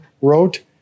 wrote